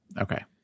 Okay